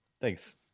Thanks